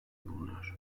bulunuyor